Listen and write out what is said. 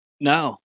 No